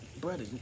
Brother